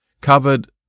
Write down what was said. covered